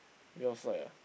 your side ah